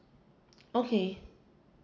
okay